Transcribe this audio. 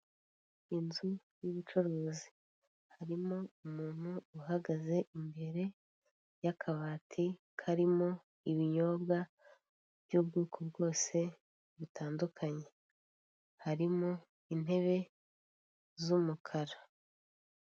Inzu y'ubucuruzi iriimo umuntu uhagaze imbere y'akabati karimo ibinyobwa by'ubwoko bwose butandukanye harimo intebe z'umukara.